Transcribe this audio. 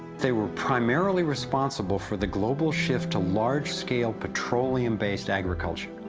they were primarly responsible for the global shift to large-scale petroleum-based agriculture